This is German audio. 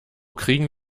kriegen